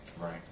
right